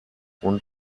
und